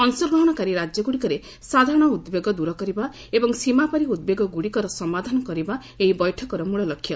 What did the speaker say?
ଅଂଶଗ୍ରହଣକାରୀ ରାଜ୍ୟଗୁଡ଼ିକରେ ସାଧାରଣ ଉଦ୍ବେଗ ଦୂର କରିବା ଏବଂ ସୀମାପାରି ଉଦ୍ବେଗଗୁଡ଼ଇକର ସମାଧାନ କରିବା ଏହି ବୈଠକର ମୂଳ ଲକ୍ଷ୍ୟ